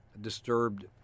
Disturbed